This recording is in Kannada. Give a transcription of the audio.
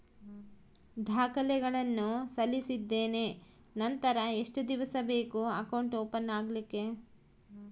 ದಾಖಲೆಗಳನ್ನು ಸಲ್ಲಿಸಿದ್ದೇನೆ ನಂತರ ಎಷ್ಟು ದಿವಸ ಬೇಕು ಅಕೌಂಟ್ ಓಪನ್ ಆಗಲಿಕ್ಕೆ?